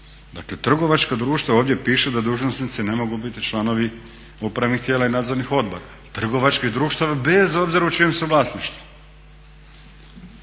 Dakle trgovačka društva ovdje piše da dužnosnici ne mogu biti članovi upravnih tijela i nadzornih odbora, trgovačkih društava bez obzira u čijem su vlasništvu.